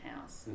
house